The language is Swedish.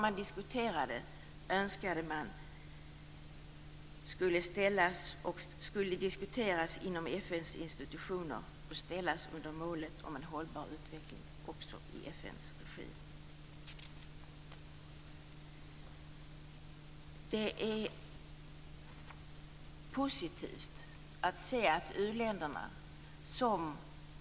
Man skulle önska att allt som man diskuterade skulle diskuteras inom FN:s institutioner och ställas under målet om en hållbar utveckling också i FN:s regi.